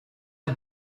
are